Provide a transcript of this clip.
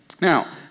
Now